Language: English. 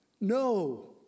No